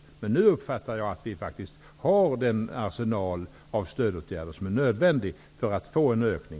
Men för närvarande uppfattar jag att vi faktiskt har den arsenal av stödåtgärder som är nödvändig för att få en ökning.